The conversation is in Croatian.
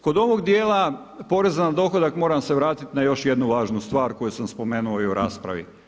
Kod ovoga dijela poreza na dohodak, moram se vratiti na još jednu važnu stvar koju sam spomenuo i u raspravi.